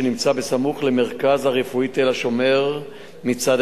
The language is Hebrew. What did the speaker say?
שנמצא בסמוך למרכז הרפואי "תל-השומר" מצד